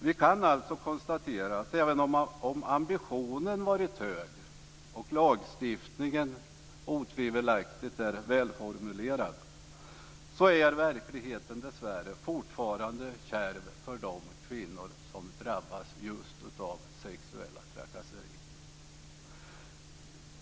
Vi kan alltså konstatera att även om ambitionen varit hög och lagstiftningen otvivelaktigt är välformulerad så är dessvärre verkligheten fortfarande kärv för de kvinnor som drabbas just av sexuella trakasserier.